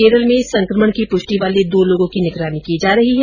केरल में संकमण की पुष्टि वाले दो लोगों की निगरानी की जा रही है